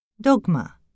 Dogma